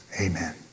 amen